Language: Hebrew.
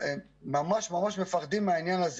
ממש מפחדים מהעניין הזה.